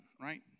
right